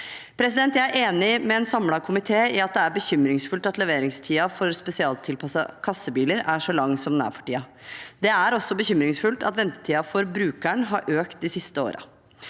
Jeg er enig med en samlet komité i at det er bekymringsfullt at leveringstiden for spesialtilpassede kassebiler er så lang som den er for tiden. Det er også bekymringsfullt at ventetiden for brukeren har økt de siste årene.